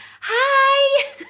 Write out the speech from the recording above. hi